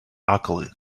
ugly